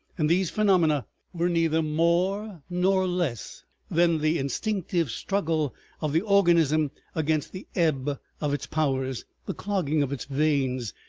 and these phenomena were neither more nor less than the instinctive struggle of the organism against the ebb of its powers, the clogging of its veins,